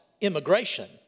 immigration